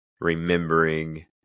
remembering